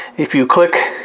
if you click